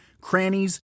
crannies